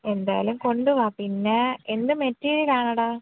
എന്തായാലും കൊണ്ടു വരൂ പിന്നെ എന്ത് മെറ്റീരിയൽ ആണെടാ